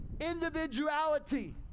individuality